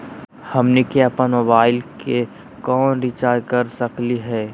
हमनी के अपन मोबाइल के केना रिचार्ज कर सकली हे?